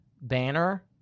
banner